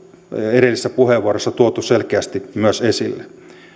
edellisissä puheenvuoroissa tuotu selkeästi myös esille